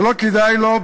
זה לא כדאי לו,